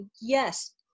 yes